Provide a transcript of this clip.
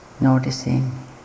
noticing